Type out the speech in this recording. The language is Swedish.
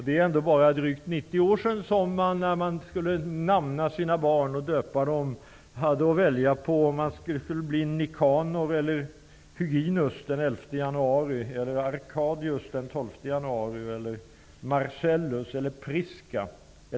Det är ändå bara drygt 90 år sedan som man när man skulle döpa och namna sina barn hade att välja om det skulle bli Det var för att bidra till underhållningen som jag läste upp den här listan.